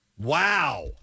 Wow